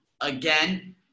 again